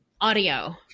audio